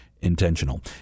intentional